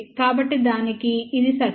కాబట్టి దానికి ఇది సర్కిల్